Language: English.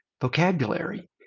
vocabulary